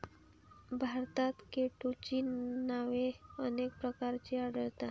भारतात केटोची नावे अनेक प्रकारची आढळतात